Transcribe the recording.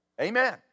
Amen